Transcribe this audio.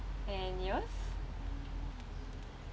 and yours